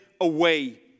away